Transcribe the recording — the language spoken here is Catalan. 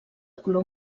color